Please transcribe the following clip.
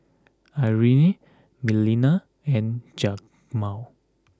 Irine Melina and Jamar